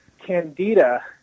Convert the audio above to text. candida